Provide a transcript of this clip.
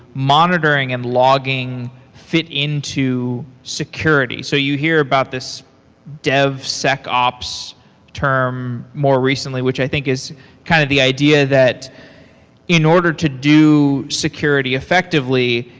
monitoring and logging fit into security. so you hear about this dev sec ops term more recently, which i think is kind of the idea that in order to do security effectively,